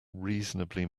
reasonably